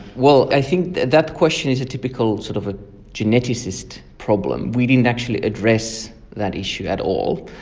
well, i think that question is a typical sort of ah geneticist problem. we didn't actually address that issue at all,